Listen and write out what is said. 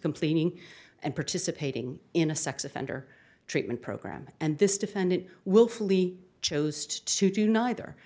complaining and participating in a sex offender treatment program and this defendant willfully chose to do neither